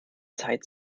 zeit